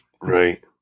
Right